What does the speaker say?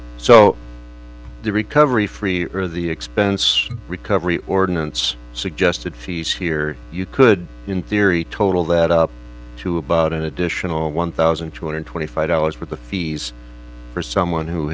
step so the recovery free or the expense recovery ordinance suggested fees here you could in theory total that up to about an additional one thousand two hundred twenty five dollars for the fees for someone who